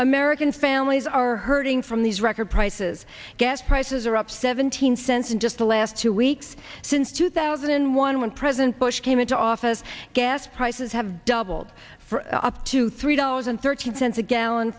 american families are hurting from these record prices gas prices are up seventeen cents in just the last two weeks since two thousand and one when president bush came into office gas prices have doubled for up to three dollars and thirty cents a gallon